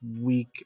week